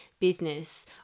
business